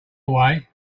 away